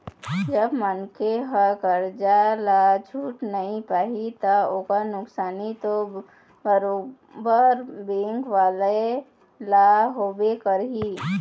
जब मनखे ह करजा ल छूट नइ पाही ता ओखर नुकसानी तो बरोबर बेंक वाले ल होबे करही